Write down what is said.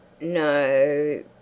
No